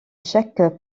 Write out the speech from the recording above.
chaque